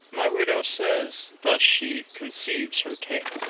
my widow says thus she conceives her tale.